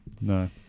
No